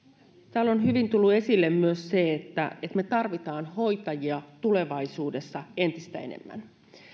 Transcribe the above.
täällä on hyvin tullut esille myös se että me tarvitsemme hoitajia tulevaisuudessa entistä enemmän